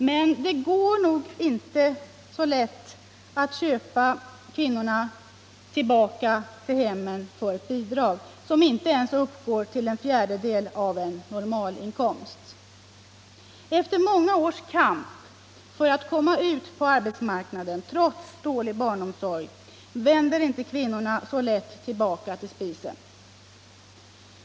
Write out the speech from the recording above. Men det går nog inte så lätt att köpa kvinnorna tillbaka till hemmen för ett bidrag, som inte ens uppgår till en fjärdedel av en normalinkomst. Efter många års kamp för att komma ut på arbetsmarknaden trots dålig barnomsorg vänder inte kvinnorna så lätt tillbaka till spisen.